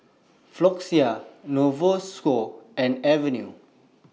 Floxia Novosource and Avene